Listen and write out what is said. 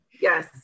Yes